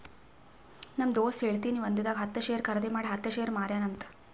ನಮ್ ದೋಸ್ತ ಹೇಳತಿನು ಒಂದಿಂದಾಗ ಹತ್ತ್ ಶೇರ್ ಖರ್ದಿ ಮಾಡಿ ಹತ್ತ್ ಶೇರ್ ಮಾರ್ಯಾನ ಅಂತ್